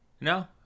No